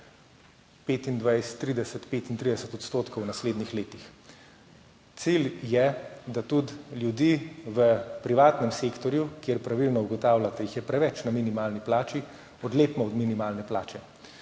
25 %, 30 %, 35 % v naslednjih letih. Cilj je, da tudi ljudi v privatnem sektorju, kjer pravilno ugotavljate, da jih je preveč na minimalni plači, odlepimo od minimalne plače.